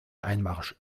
einmarsch